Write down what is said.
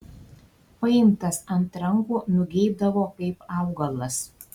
paimtas ant rankų nugeibdavo kaip augalas